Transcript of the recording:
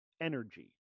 energy